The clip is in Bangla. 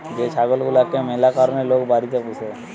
যে ছাগল গুলাকে ম্যালা কারণে লোক পুষে বাড়িতে